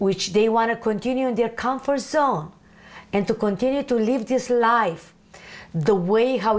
which they want to continue in their comfort zone and to continue to live this life the way how